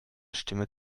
stimme